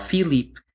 Filipe